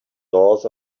doors